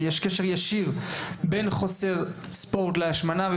ויש קשר ישיר בין חוסר ספורט להשמנה.